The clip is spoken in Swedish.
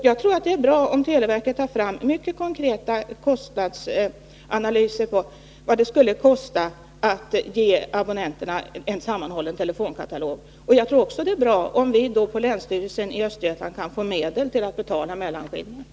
Jag tror att det är bra om televerket tar fram mycket konkreta analyser av vad det skulle kosta att ge abonnenterna en sammanhållen telefonkatalog. Jag tror också att det är bra om vi då på länsstyrelsen i Östergötland kan få medel till att betala mellanskillnaden.